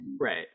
Right